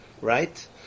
right